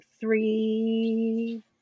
three